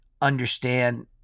understand